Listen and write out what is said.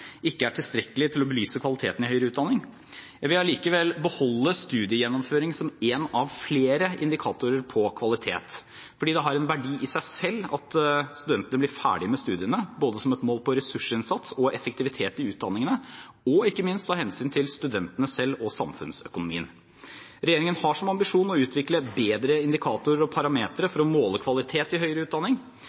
ikke er tilstrekkelig til å belyse kvaliteten i høyere utdanning. Jeg vil allikevel beholde studiegjennomføring som en av flere indikatorer på kvalitet, fordi det har en verdi i seg selv at studentene blir ferdige med studiene, både som et mål på ressursinnsats og effektivitet i utdanningene og ikke minst av hensyn til studentene selv og samfunnsøkonomien. Regjeringen har som ambisjon å utvikle bedre indikatorer og parametere for å måle kvalitet i høyere utdanning.